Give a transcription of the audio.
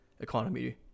economy